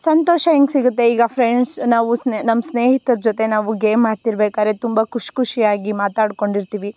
ಸಂತೋಷ ಹೆಂಗ್ ಸಿಗುತ್ತೆ ಈಗ ಫ್ರೆಂಡ್ಸ್ ನಾವು ಸ್ನೇ ನಮ್ಮ ಸ್ನೇಹಿತರ ಜೊತೆ ನಾವು ಗೇಮ್ ಆಡ್ತಿರ್ಬೇಕಾದ್ರೆ ತುಂಬ ಖುಷ್ ಖುಷಿಯಾಗಿ ಮಾತಾಡ್ಕೊಂಡಿರ್ತೀವಿ